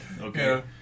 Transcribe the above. Okay